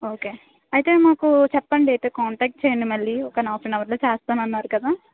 okay అయితే మాకు చెప్పండి అయితే కాంటాక్ట్ చెయ్యండి మళ్ళీ ఒక హాఫ్ ఎన్ అవర్లో చేస్తాను అన్నారు కదా